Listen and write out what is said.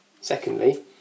Secondly